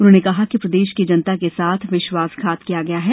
उन्होंने कहा कि प्रदेश की जनता के साथ विश्वासघात किया गया है